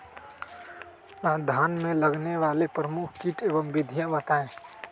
धान में लगने वाले प्रमुख कीट एवं विधियां बताएं?